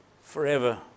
forever